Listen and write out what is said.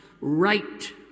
right